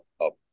up